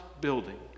building